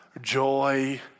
joy